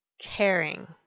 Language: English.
caring